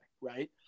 right